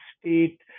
state